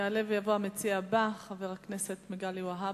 יעלה ויבוא המציע הבא, חבר הכנסת מגלי והבה.